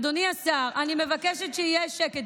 אדוני השר, אני מבקשת שיהיה שקט.